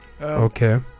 Okay